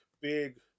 big